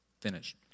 finish